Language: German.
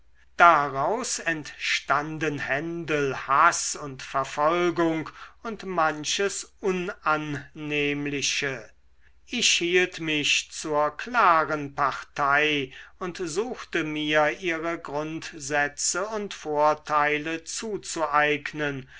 daraus entstanden händel haß und verfolgung und manches unannehmliche ich hielt mich zur klaren partei und suchte mir ihre grundsätze und vorteile zuzueignen